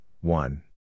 one